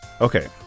okay